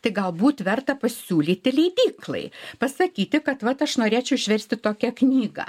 tai galbūt verta pasiūlyti leidyklai pasakyti kad vat aš norėčiau išversti tokią knygą